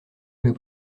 mes